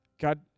God